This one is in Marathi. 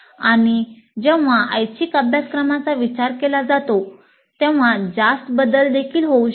आणि जेव्हा ऐच्छिक अभ्यासक्रमांचा विचार केला जातो तेव्हा जास्त बदल देखील होऊ शकतात